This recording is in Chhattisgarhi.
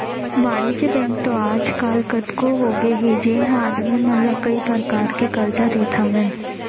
वाणिज्य बेंक तो आज काल कतको होगे हे जेन ह आदमी मन ला कई परकार के करजा देत हावय